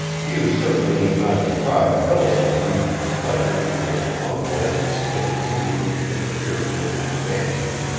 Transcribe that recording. you certainly would not deprive phyllis of an evening's pleasure because your uncle has a stiff knee which interferes with his dancing,